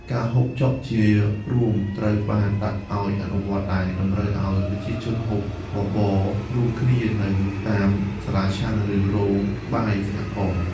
ការហូបច្បុកជារួមត្រូវបានដាក់ឱ្យអនុវត្ត ដែលតម្រូវឱ្យប្រជាជនហូបបបររួមគ្នានៅតាមសាលាឆាន់ ឬរោងបាយសហករណ៍។